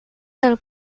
del